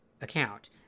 account